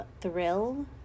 thrill